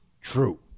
true